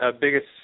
biggest